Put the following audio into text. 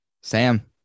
Sam